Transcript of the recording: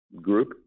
group